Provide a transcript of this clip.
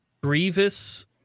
Grievous